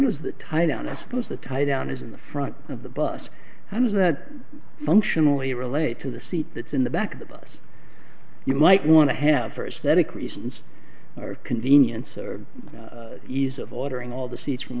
does that tie down i suppose the tie down is in the front of the bus how does that functionally relate to the seat that's in the back of the bus you might want to have for a static reasons or convenience or ease of ordering all the seats from